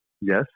yes